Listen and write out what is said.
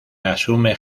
asume